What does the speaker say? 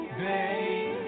babe